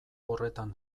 horretan